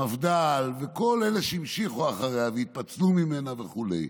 המפד"ל, וכל אלה שהמשיכו אחריה והתפצלו ממנה וכו':